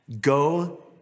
go